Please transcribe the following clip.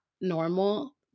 normal